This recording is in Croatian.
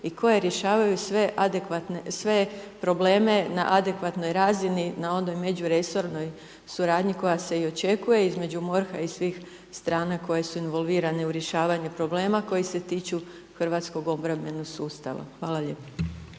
i koje rješavaju sve probleme na adekvatnoj razini, na onoj međuresornoj suradnji, koja se i očekuje između MORH-a i svih strana koje su involvirane u rješavanje problema, koje se tiču hrvatskog obrambenog sustava. Hvala lijepo.